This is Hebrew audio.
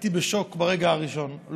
ברגע הראשון הייתי בשוק.